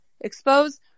expose